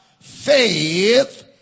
Faith